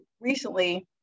recently